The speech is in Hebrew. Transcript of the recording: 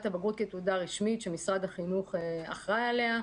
הבגרות כתעודה רשמית שמשרד החינוך אחראי עליה.